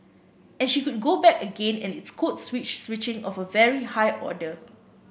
and she could go back again and it's code switch switching of a very high order